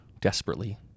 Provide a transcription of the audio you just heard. desperately